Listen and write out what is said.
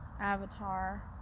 Avatar